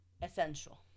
Essential